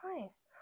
Nice